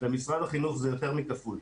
במשרד החינוך זה יותר מכפול.